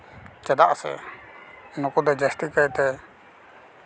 ᱪᱮᱫᱟᱜ ᱥᱮ ᱱᱩᱠᱩ ᱫᱚ ᱡᱟᱹᱥᱛᱤ ᱠᱟᱭᱛᱮ